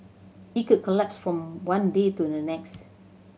it could collapse from one day to the next